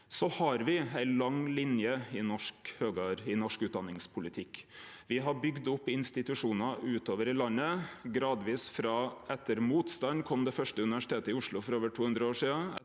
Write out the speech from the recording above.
Så har me ei lang linje i norsk utdanningspolitikk: Me har bygd opp institusjonar utover i landet. Gradvis, etter motstand, kom det første universitetet i Oslo for over 200 år sidan.